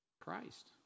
Christ